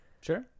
Sure